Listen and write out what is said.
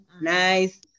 nice